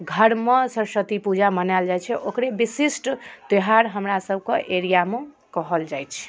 घरमे सरस्वती पूजा मनायल जाइ छै ओकरे विशिष्ट त्यौहार हमरा सबके एरियामे कहल जाइ छै